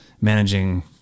managing